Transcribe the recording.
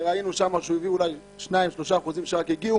וראינו שהוא הביא אולי 2%-3% שרק הגיעו.